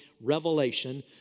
revelation